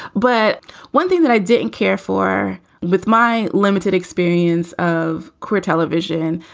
but one thing that i didn't care for with my limited experience of queer television,